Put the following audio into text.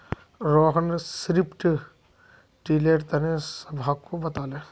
Rohan strip tiller तने सबहाको बताले